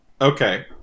Okay